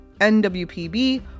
NWPB